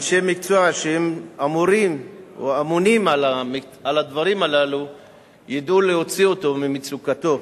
אנשי מקצוע שאמורים או אמונים על הדברים הללו ידעו להוציא אותם ממצוקתם.